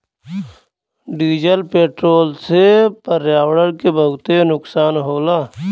diesel petrol से पर्यावरण के बहुते नुकसान होला